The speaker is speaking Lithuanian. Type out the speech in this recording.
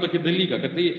tokį dalyką kad tai